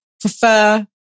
prefer